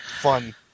fun